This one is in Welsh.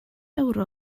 ewro